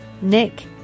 Nick